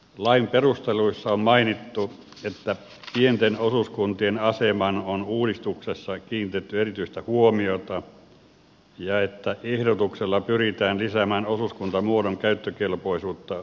lain perusteluissa on mainittu että pienten osuuskuntien asemaan on uudistuksessa kiinnitetty erityistä huomiota ja että ehdotuksella pyritään lisäämään osuuskuntamuodon käyttökelpoisuutta uusosuustoiminnassa